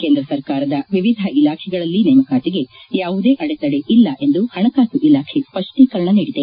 ಕೇಂದ್ರ ಸರ್ಕಾರದ ವಿವಿಧ ಇಲಾಖೆಗಳಲ್ಲಿ ನೇಮಕಾತಿಗೆ ಯಾವುದೇ ಅಡೆತಡೆ ಇಲ್ಲ ಎಂದು ಹಣಕಾಸು ಇಲಾಖೆ ಸ್ಪಷ್ಟೀಕರಣ ನೀಡಿದೆ